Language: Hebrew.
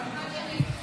אני יכולה להתחיל?